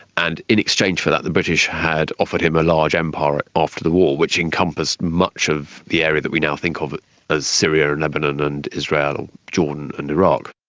and in exchange for that the british had offered him a large empire after the war, which encompassed much of the area that we now think of as syria, lebanon and israel, jordan and iraq.